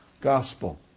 gospel